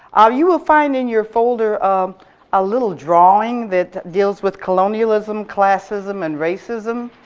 ah you will find in your folder um a little drawing that deals with colonialism, classism, and racism.